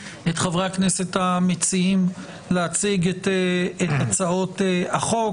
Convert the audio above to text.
את חברי הכנסת המציעים להציג את הצעות החוק.